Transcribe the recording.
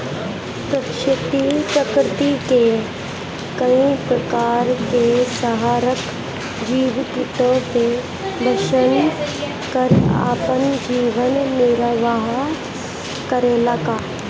प्रकृति मे कई प्रकार के संहारक जीव कीटो के भक्षन कर आपन जीवन निरवाह करेला का?